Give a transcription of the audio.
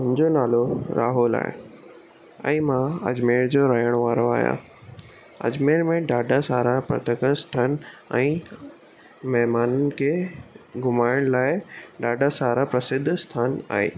मुंहिंजो नालो राहुल आहे ऐं मां अजमेर जो रहण वारो आहियां अजमेर में ॾाढा सारा पर्यटक स्थल ऐं महिमाननि खे घुमाइण लाइ ॾाढा सारा प्रसिद्ध स्थान आहिनि